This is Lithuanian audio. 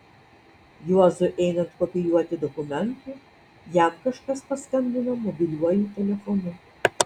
juozui einant kopijuoti dokumentų jam kažkas paskambino mobiliuoju telefonu